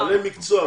בעלי מקצוע.